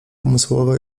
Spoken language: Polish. umysłowa